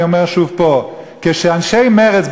ואני אומר שוב פה: כשאנשי מרצ,